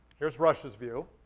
here's russia's view.